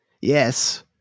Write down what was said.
yes